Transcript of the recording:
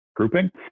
grouping